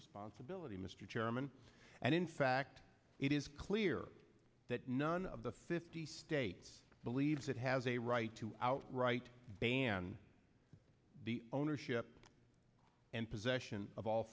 responsibility mr chairman and in fact it is clear that none of the fifty states believes it has a right to outright ban the ownership and possession of all